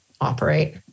operate